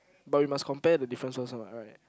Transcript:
but we must compare the difference also what right